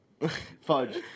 Fudge